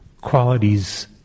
qualities